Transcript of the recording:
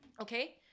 Okay